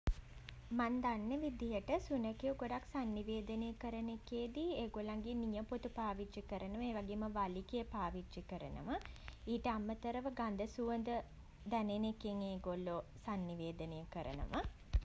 මං දන්න විදිහට සුනඛයෝ ගොඩක් සන්නිවේදනය කරන එකේදී ඒගොල්ලන්ගේ නියපොතු පාවිච්චි කරනවා. ඒ වගේම වලිගය පාවිච්චි කරනවා. ඊට අමතරව ගඳ සුවඳ දැනෙන එකෙන් ඒගොල්ලෝ සන්නිවේදනය කරනවා.